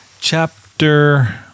chapter